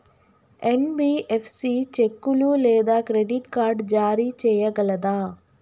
NBFC చెక్కులు లేదా credit card జారీ చేయగలదా?